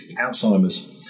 Alzheimer's